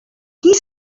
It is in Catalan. qui